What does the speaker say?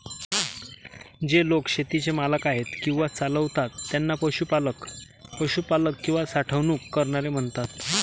जे लोक शेतीचे मालक आहेत किंवा चालवतात त्यांना पशुपालक, पशुपालक किंवा साठवणूक करणारे म्हणतात